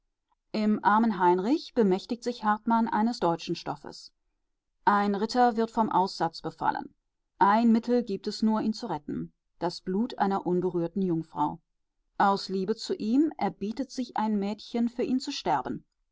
im armen heinrich bemächtigt sich hartmann eines deutschen stoffes ein ritter wird vom aussatz befallen ein mittel nur gibt es ihn zu retten das blut einer unberührten jungfrau aus liebe zu ihm erbietet sich ein mädchen für ihn zu sterben